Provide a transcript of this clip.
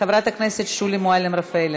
חברת הכנסת שולי מועלם רפאלי,